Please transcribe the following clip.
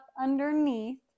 underneath